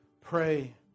pray